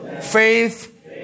faith